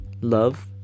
love